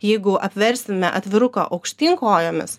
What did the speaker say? jeigu apversime atviruką aukštyn kojomis